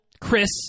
Chris